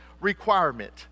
requirement